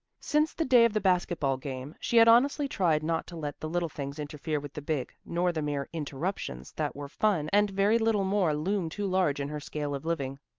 since the day of the basket-ball game she had honestly tried not to let the little things interfere with the big, nor the mere interruptions that were fun and very little more loom too large in her scale of living.